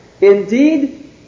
indeed